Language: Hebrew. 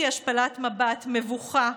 ראיתי השפלת מבט, מבוכה.